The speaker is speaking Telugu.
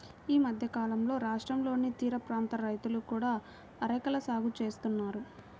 ఈ మధ్యకాలంలో రాష్ట్రంలోని తీరప్రాంత రైతులు కూడా అరెకల సాగు చేస్తున్నారు